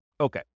Okay